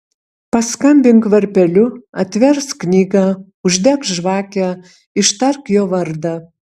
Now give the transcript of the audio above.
paskambink varpeliu atversk knygą uždek žvakę ištark jo vardą